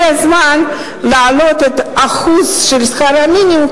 הזמן להעלות את אחוז שכר המינימום,